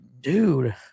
Dude